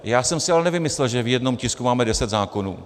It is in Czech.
Já jsem si ale nevymyslel, že v jednom tisku máme deset zákonů.